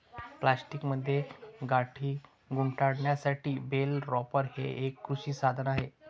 प्लास्टिकमध्ये गाठी गुंडाळण्यासाठी बेल रॅपर हे एक कृषी साधन आहे